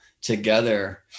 together